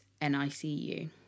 NICU